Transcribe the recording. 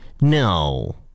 No